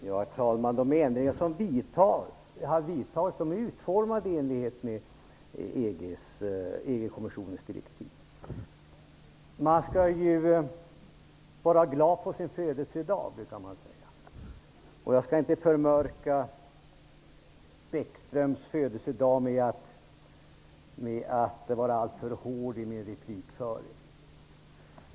Herr talman! De ändringar som har vidtagits är utformade i enlighet med EG-kommissionens direktiv. Man skall ju vara glad på sin födelsedag, brukar det sägas. Jag skall inte förmörka Bäckströms födelsedag med att vara allför hård i min kritik.